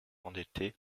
endetté